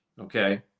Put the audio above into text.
okay